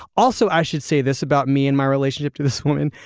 also i should say this about me and my relationship to this woman.